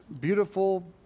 beautiful